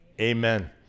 Amen